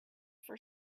for